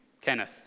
Kenneth